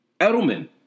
Edelman